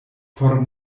por